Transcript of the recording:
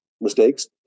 mistakes